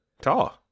Tall